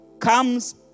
comes